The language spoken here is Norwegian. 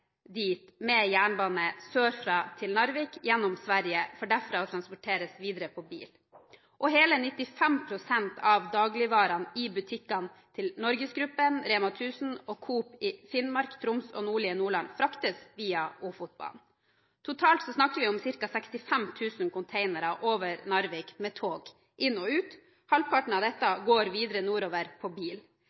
dit med jernbane sørfra til Narvik – gjennom Sverige – for derfra å transporteres videre på bil. Hele 95 pst. av dagligvarene i butikkene til Norgesgruppen, Rema 1000 og Coop i Finnmark, Troms og nordlige Nordland fraktes via Ofotbanen. Totalt snakker vi om ca. 65 000 containere over Narvik med tog – inn og ut. Halvparten av dette går videre nordover på bil: